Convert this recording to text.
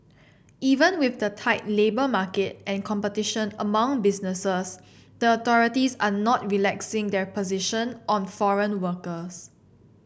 even with the tight labour market and competition among businesses the authorities are not relaxing their position on foreign workers